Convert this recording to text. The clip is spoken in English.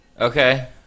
Okay